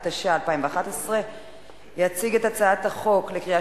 התשע"א 2011. יציג את הצעת החוק לקריאה